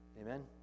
Amen